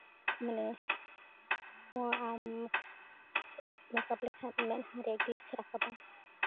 ᱢᱟᱱᱮ ᱱᱚᱣᱟ ᱟᱢ ᱢᱮᱠᱟᱯ ᱞᱮᱠᱷᱟᱱ ᱢᱮᱫᱦᱟ ᱨᱮ ᱜᱞᱮᱥ ᱮ ᱨᱟᱠᱟᱵᱟ